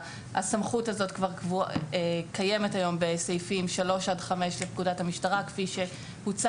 הסמכות הזאת כבר קיימת היום בסעיפים 3 עד 5 לפקודת המשטרה כפי שהוצג